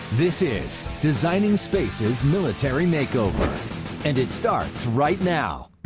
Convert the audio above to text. this is designing spaces military makeover and it starts right now.